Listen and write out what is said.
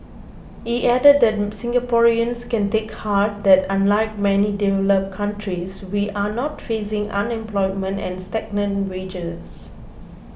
he added that Singaporeans can take heart that unlike many developed countries we are not facing unemployment and stagnant wages